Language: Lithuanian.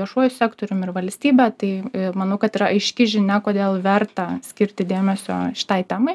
viešuoju sektorium ir valstybę tai manau kad yra aiški žinia kodėl verta skirti dėmesio šitai temai